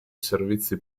servizi